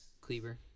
Cleaver